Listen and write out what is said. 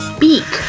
beak